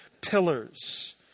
pillars